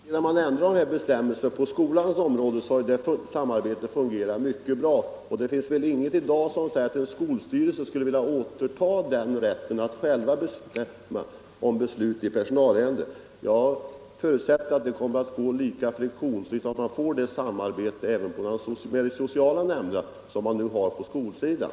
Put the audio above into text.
Herr talman! När man ändrat på de här bestämmelserna på skolans område har samarbetet fungerat mycket bra, och det finns väl ingenting i dag som säger att en skolstyrelse skulle vilja återta rätten att själv besluta i personalärenden. Jag förutsätter att det kommer att gå lika friktionsfritt och att man även beträffande de sociala nämnderna får det samarbete som man nu har på skolsidan.